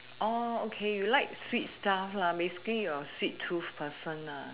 orh okay you like sweet stuff lah basically you're a sweet tooth person lah